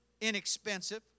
inexpensive